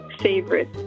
favorite